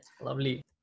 Lovely